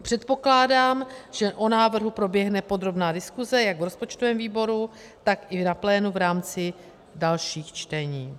Předpokládám, že o návrhu proběhne podrobná diskuse jak v rozpočtovém výboru, tak i na plénu v rámci dalších čtení.